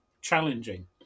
challenging